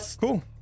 cool